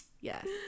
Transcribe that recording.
yes